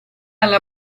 alla